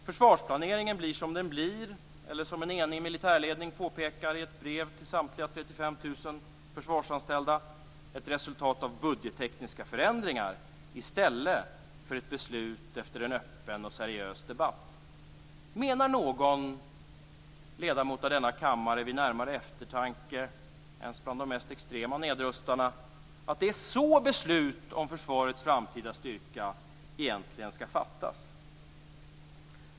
Försvarsplaneringen blir som den blir, eller som en enig militärledning påpekar i ett brev till samtliga 35 000 försvarsanställda - ett resultat av budgettekniska förändringar i stället för ett beslut efter öppen och seriös debatt. Menar någon ledamot av denna kammare - vid närmare eftertanke ens bland de mest extrema nedrustarna - att det är så beslut om försvarets framtida styrka egentligen skall fattas?